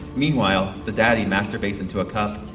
meanwhile, the daddy masturbates into a cup.